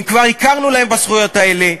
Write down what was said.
אם כבר הכרנו להם בזכויות האלה,